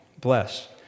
Bless